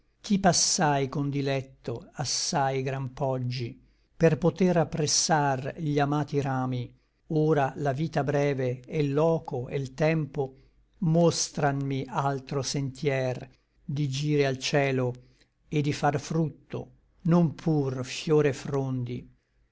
ch'i passai con diletto assai gran poggi per poter appressar gli amati rami ora la vita breve e l loco e l tempo mostranmi altro sentier di gire al cielo et di far frutto non pur fior et frondi